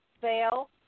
fail